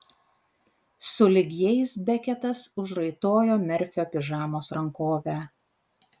sulig jais beketas užraitojo merfio pižamos rankovę